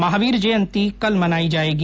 महावीर जयन्ती कल मनाई जाएगी